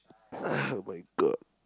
[oh]-my-God